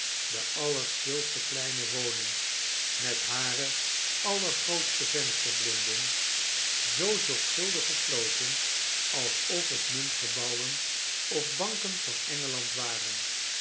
de allerstilste kleine woningen met hare allergrootste vensterblinden zoo zorgvuldig gesloten alsof het muntgebouwen of banken van e